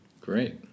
Great